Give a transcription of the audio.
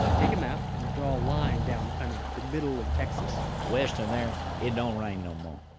take map, and draw a line down kind of the middle of texas west of there it don't rain no more,